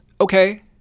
okay